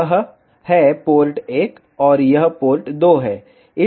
यह है पोर्ट 1 और यह पोर्ट 2 है